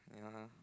(uh huh)